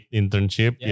internship